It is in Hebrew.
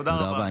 תודה רבה.